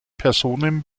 personen